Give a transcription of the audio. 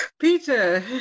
Peter